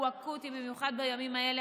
הוא אקוטי במיוחד בימים האלה.